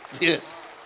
Yes